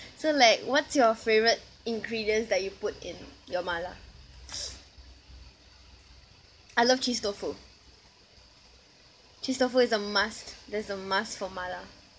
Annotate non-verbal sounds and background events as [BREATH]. so like what's your favourite ingredients that you put in your mala [BREATH] I love cheese tofu cheese tofu is a must that's a must for mala